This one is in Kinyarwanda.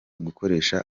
gukoresha